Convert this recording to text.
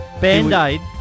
Band-aid